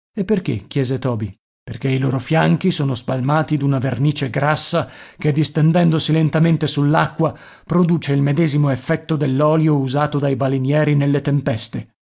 e perché chiese toby perché i loro fianchi sono spalmati d'una vernice grassa che distendendosi lentamente sull'acqua produce il medesimo effetto dell'olio usato dai balenieri nelle tempeste